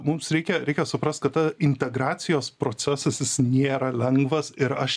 mums reikia reikia suprast kad ta integracijos procesas jis nėra lengvas ir aš